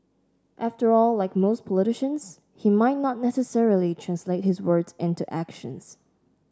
after all like most politicians he might not necessarily translate his words into actions